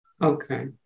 Okay